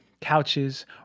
Couches